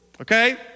okay